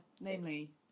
Namely